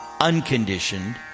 unconditioned